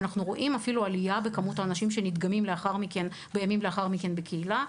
אנחנו רואים אפילו עלייה בכמות האנשים שנדגמים בימים לאחר מכן בקהילה,